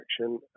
action